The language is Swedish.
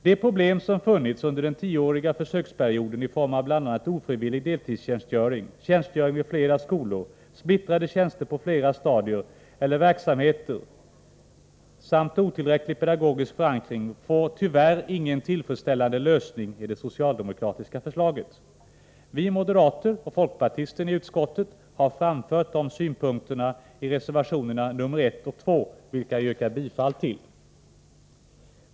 De problem som funnits under den tioåriga försöksperioden i form av bl.a. ofrivillig deltidstjänstgöring, tjänstgöring vid flera skolor, splittrade tjänster på flera stadier eller verksamheter samt otillräcklig pedagogisk förankring får tyvärr ingen tillfredsställande lösning i det socialdemokratiska förslaget. Vi moderater och folkpartisten i utskottet har framfört de synpunkterna i reservationerna nr 1 och 2, vilka jag yrkar bifall till.